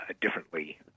differently